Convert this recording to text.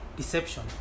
deception